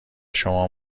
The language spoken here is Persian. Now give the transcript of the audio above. شما